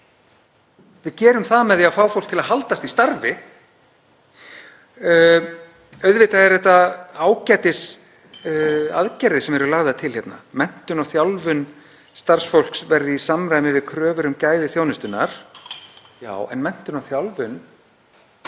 Við gerum það með því að fá fólk til að haldast í starfi. Auðvitað eru þetta ágætisaðgerðir sem eru lagðar til hérna, að menntun og þjálfun starfsfólks verði í samræmi við kröfur um gæði þjónustunnar. Já, en laun þurfa